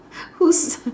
whose